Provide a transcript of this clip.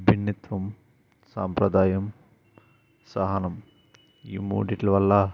భిన్నత్వం సాంప్రదాయం సహనం ఈ మూడిటి వల్ల